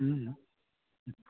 हुँ हुँ